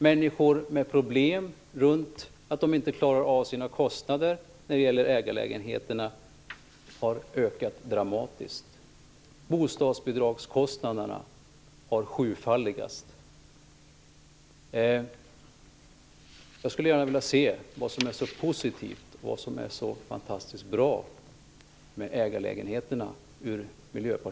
Människor med problem som har att göra med att de inte klarar kostnaderna med ägarlägenheter har ökat dramatiskt. Bostadsbidragskostnaderna har sjufaldigats. Jag skulle alltså gärna vilja höra vad det är som från Miljöpartiets synpunkt är så positivt och så fantastiskt bra med ägarlägenheter.